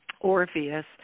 Orpheus